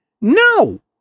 No